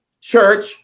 church